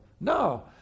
No